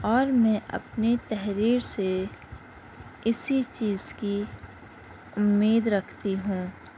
اور میں اپنی تحریر سے اسی چیز کی امید رکھتی ہوں